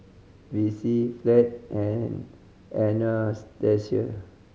Vicy Fleet and Anastasia